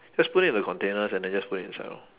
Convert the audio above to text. just put it in a container and then just put inside orh